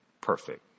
perfect